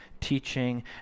teaching